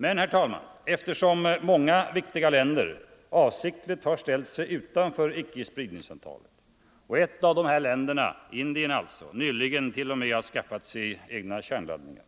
Men, herr talman, eftersom många viktiga länder avsiktligt har ställt sig utanför icke-spridningsavtalet och ett av dessa länder, Indien, nyligen t.o.m. har skaffat sig kärnladdningar,